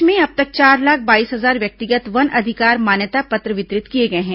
प्रदेश में अब तक चार लाख बाईस हजार व्यक्तिगत वन अधिकार मान्यता पत्र वितरित किए गए हैं